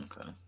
Okay